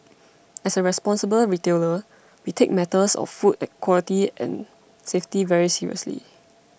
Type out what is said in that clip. as a responsible retailer we take matters of food quality and safety very seriously